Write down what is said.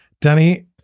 Danny